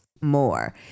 more